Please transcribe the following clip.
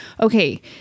okay